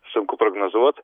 sunku prognozuot